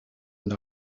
and